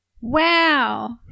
Wow